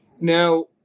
Now